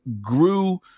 grew